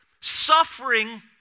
suffering